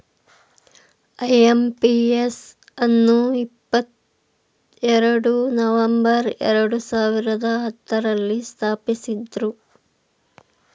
IMPS ಅನ್ನು ಇಪ್ಪತ್ತೆರಡು November ಎರಡು ಸಾವಿರದ ಹತ್ತುರಲ್ಲಿ ಸ್ಥಾಪಿಸಿದ್ದ್ರು